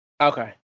Okay